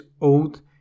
old